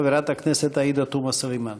חברת הכנסת עאידה תומא סלימאן.